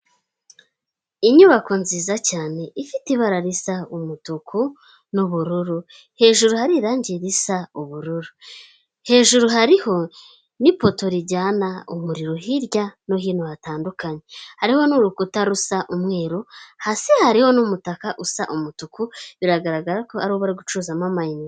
Inyubako nziza cyane, ifite ibara risa umutuku n'ubururu, hejuru hari irangi risa ubururu, hejuru hariho n'ipoto rijyana umuriro hirya no hino hatandukanye, hariho n'urukuta rusa umweru, hasi hariho n'umutaka usa umutuku, biragaragara ko ariho bari gucuzamo amayinite.